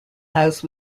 house